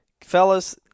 Fellas